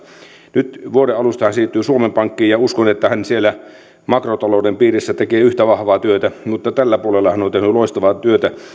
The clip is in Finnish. nyt vuoden alusta hän siirtyy suomen pankkiin ja uskon että hän siellä makrotalouden piirissä tekee yhtä vahvaa työtä mutta tällä puolella hän on tehnyt loistavaa työtä